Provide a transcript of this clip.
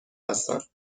هستند